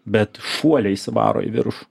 bet šuoliais varo į viršų